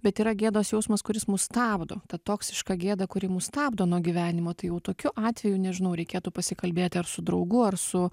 bet yra gėdos jausmas kuris mus stabdo ta toksiška gėda kuri mus stabdo nuo gyvenimo tai jau tokiu atveju nežinau reikėtų pasikalbėti ar su draugu ar su